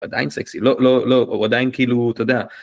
עדיין סקסי לא לא לא עדיין כאילו אתה יודע.